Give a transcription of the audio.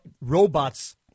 robots